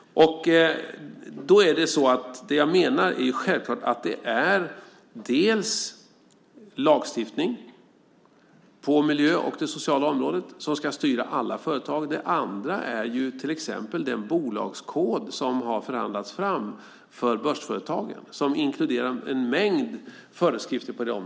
Det är självklart att lagstiftning på miljöområdet och på det sociala området ska styra alla företag. Det andra som ska vara styrande är till exempel den bolagskod som förhandlats fram för börsföretagen och som inkluderar en mängd föreskrifter på området.